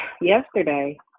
yesterday